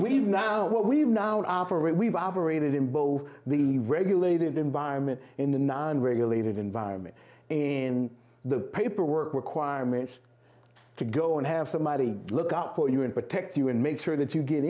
we've now what we've now after we've aberrated in both the regulated environment in the non regulated environment in the paperwork requirements to go and have somebody look out for you and protect you and make sure that you get